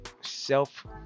self